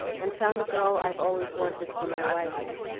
and found the girl i've always wanted for my wife.